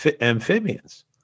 amphibians